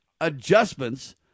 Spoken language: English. adjustments